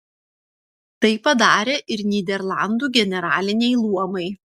tai padarė ir nyderlandų generaliniai luomai